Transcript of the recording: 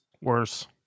Worse